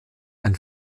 ein